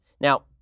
Now